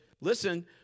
listen